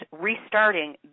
restarting